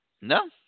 No